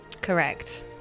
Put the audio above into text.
correct